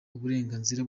uburenganzira